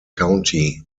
county